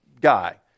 guy